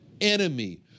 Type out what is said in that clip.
enemy